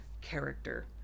character